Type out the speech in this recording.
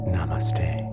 Namaste